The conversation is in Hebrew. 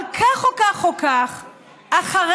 אבל כך או כך או כך,